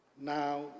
Now